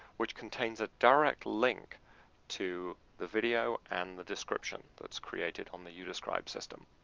which contains a direct link to the video and the description that's created on the youdescribe system.